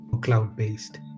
cloud-based